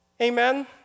Amen